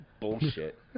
bullshit